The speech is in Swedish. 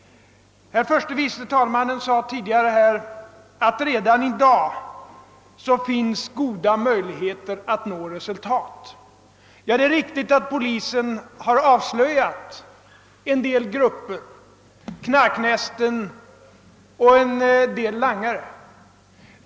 Herr förste vice talmannen sade tidigare här att det redan i dag finns goda möjligheter att nå resultat. Det är riktigt att polisen har avslöjat en del knarknästen och en del langare.